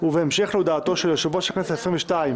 בהמשך להודעתו של יושב-ראש הכנסת העשרים ושתיים,